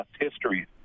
history